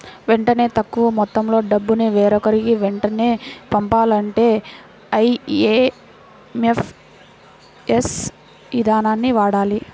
వెంటనే తక్కువ మొత్తంలో డబ్బును వేరొకరికి వెంటనే పంపాలంటే ఐఎమ్పీఎస్ ఇదానాన్ని వాడాలి